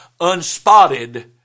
unspotted